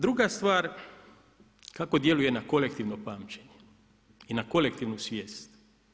Druga stvar kako djeluje na kolektivno pamćenje i na kolektivnu svijest.